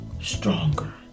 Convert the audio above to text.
stronger